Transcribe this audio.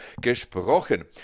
gesprochen